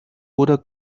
oder